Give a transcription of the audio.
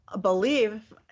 believe